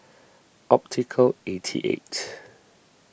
Optical eighty eight